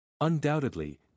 Undoubtedly